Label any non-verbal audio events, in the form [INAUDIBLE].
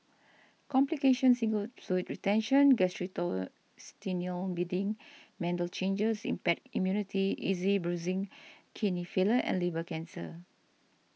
complications include fluid retention [UNINTELLIGIBLE] bleeding mental changes impaired immunity easy bruising kidney failure and liver cancer